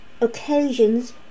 occasions